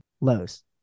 Lows